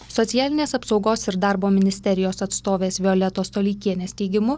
socialinės apsaugos ir darbo ministerijos atstovės violetos toleikienės teigimu